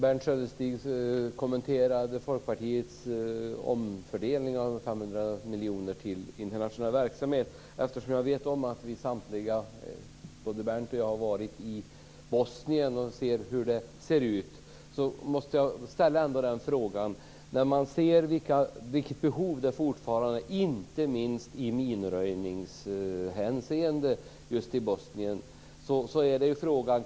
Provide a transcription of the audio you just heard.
Fru talman! Berndt Sköldestig kommenterade Eftersom jag vet att både Berndt och jag har varit i Bosnien och sett hur det ser ut måste jag ställa en fråga. Vi har sett vilket behov som fortfarande finns i Bosnien, inte minst i minröjningshänseende.